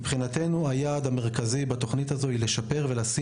מבחינתנו היעד המרכזי בתוכנית הזו היא לשפר ולשים